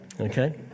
Okay